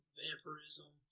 vampirism